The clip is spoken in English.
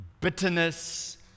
bitterness